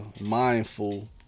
mindful